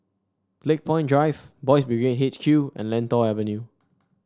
Lakepoint Drive Boys' Brigade H Q and Lentor Avenue